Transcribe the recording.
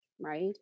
right